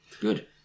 Good